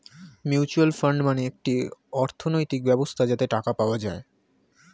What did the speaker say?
mutual fund মানে একটি অর্থনৈতিক ব্যবস্থা যাতে টাকা পাওয়া যায়